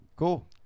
Cool